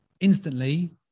instantly